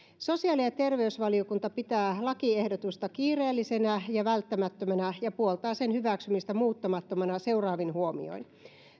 sosiaali ja terveysvaliokunta pitää lakiehdotusta kiireellisenä ja välttämättömänä ja puoltaa sen hyväksymistä muuttamattomana seuraavin huomioin